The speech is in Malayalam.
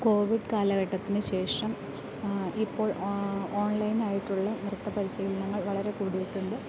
കോവിഡ് കാലഘട്ടത്തിന് ശേഷം ഇപ്പോൾ ഓൺലൈനായിട്ടുള്ള നൃത്ത പരിശീലനങ്ങൾ വളരെ കൂടിയിട്ടുണ്ട്